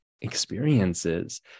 experiences